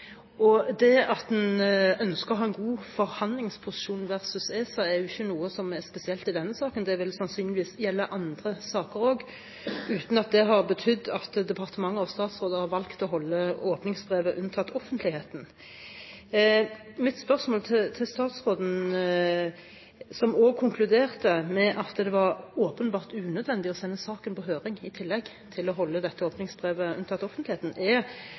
representerer. Det at man ønsker å ha god forhandlingsposisjon versus ESA er ikke noe som er spesielt i denne saken. Det vil sannsynligvis gjelde andre saker også, uten at det har betydd at departementer og statsråder har valgt å holde åpningsbrev unntatt offentligheten. Mitt spørsmål til statsråden, som også konkluderte med at det åpenbart var unødvendig å sende saken på høring, i tillegg til at man holdt dette åpningsbrevet unna offentligheten, er: